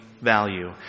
value